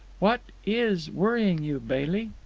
what is worrying you, bailey?